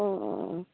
অঁ অঁ অঁ